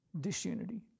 Disunity